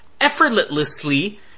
effortlessly